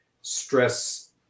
stress